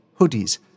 hoodies